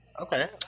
Okay